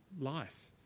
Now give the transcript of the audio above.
life